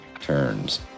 turns